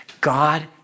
God